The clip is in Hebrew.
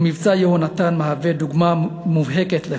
ו"מבצע יונתן" מהווה דוגמה מובהקת לכך.